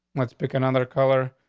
what's pick another color?